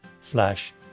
slash